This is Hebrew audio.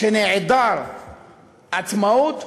שנעדר עצמאות,